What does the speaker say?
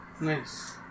Nice